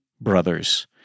brothers